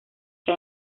que